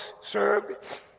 served